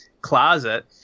closet